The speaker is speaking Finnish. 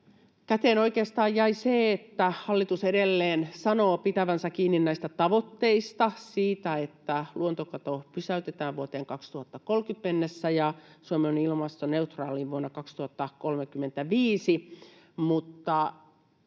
Käteen jäi oikeastaan se, että hallitus edelleen sanoo pitävänsä kiinni näistä tavoitteista, siitä, että luontokato pysäytetään vuoteen 2030 mennessä ja Suomi on ilmastoneutraali vuonna 2035,